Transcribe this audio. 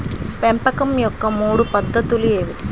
పెంపకం యొక్క మూడు పద్ధతులు ఏమిటీ?